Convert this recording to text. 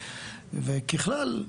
וככלל,